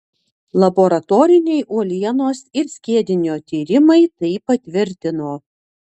laboratoriniai uolienos ir skiedinio tyrimai tai patvirtino